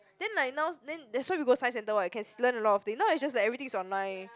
then like now then that's why we go science centre what you can s~ learn a lot of thing now is just like everything is online